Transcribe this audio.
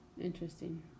interesting